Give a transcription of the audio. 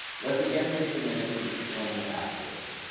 let's again take a minute to explain the asterisk.